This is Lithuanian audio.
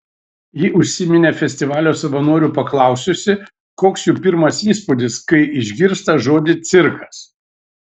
ji užsiminė festivalio savanorių paklausiusi koks jų pirmas įspūdis kai išgirsta žodį cirkas